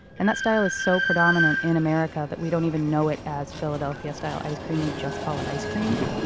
and that style is so predominant in america that we don't even know it as philadelphia-style ice cream we just call it ice cream.